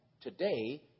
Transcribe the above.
today